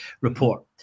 report